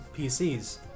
PCs